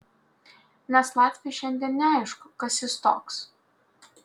nes latviui šiandien neaišku kas jis toks